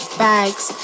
bags